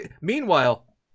Meanwhile